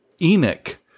Enoch